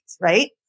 right